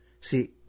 See